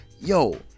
yo